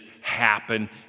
happen